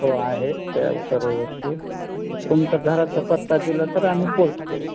हो आहे त्या सर्व वस्तू तुमचा घराचा पत्ता दिलं तर आम्ही पोहोच कर